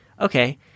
Okay